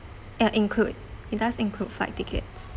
ya include it does include flight tickets